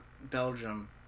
Belgium